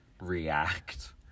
react